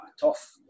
tough